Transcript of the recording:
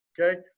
Okay